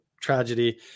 tragedy